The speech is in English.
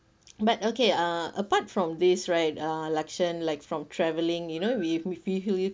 but okay uh apart from this right uh lakshen like from travelling you know with with we feel